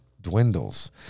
dwindles